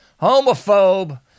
homophobe